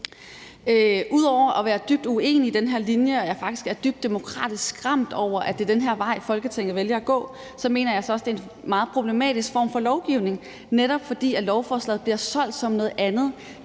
Ud over at være dybt uenig i den her linje, er jeg faktisk dybt demokratisk skræmt over, at det er den her vej, Folketinget vælger at gå, og jeg mener altså også, at det er en meget problematisk form for lovgivning, netop fordi lovforslaget bliver solgt som noget andet.